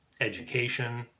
education